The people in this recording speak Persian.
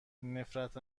نفرت